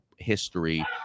history